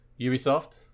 ubisoft